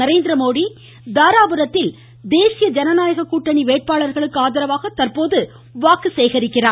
நரேந்திரமோடி தாராபுரத்தில் தேசிய ஜனநாயக கூட்டணி வேட்பாளர்களுக்கு ஆதரவாக தற்போது வாக்கு சேகரித்து வருகிறார்